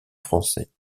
français